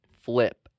flip